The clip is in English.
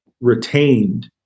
retained